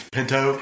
Pinto